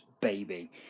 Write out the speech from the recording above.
baby